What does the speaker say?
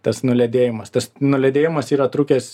tas nuledėjimas tas nuledėjimas yra trukęs